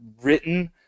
written